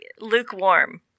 lukewarm